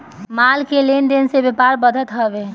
माल के लेन देन से व्यापार बढ़त हवे